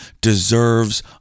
deserves